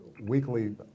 weekly